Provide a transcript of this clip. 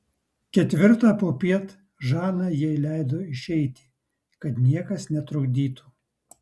ketvirtą popiet žana jai leido išeiti kad niekas netrukdytų